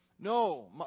No